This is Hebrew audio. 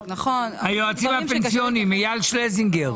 היועצים הפנסיונים, איל שלזינגר.